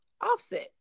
offset